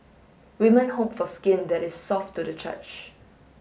women hope for skin that is soft to the church